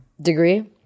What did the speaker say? degree